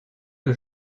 que